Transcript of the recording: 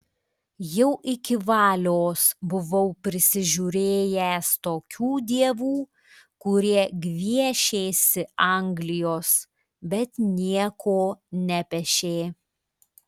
jau iki valios buvau prisižiūrėjęs tokių dievų kurie gviešėsi anglijos bet nieko nepešė